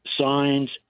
signs